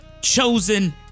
chosen